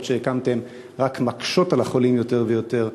שהקמתם רק מקשות על החולים יותר ויותר,